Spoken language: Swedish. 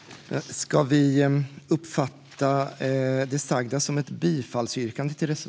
Jag yrkar bifall till reservation 17.